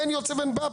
אין יוצא ואין בא,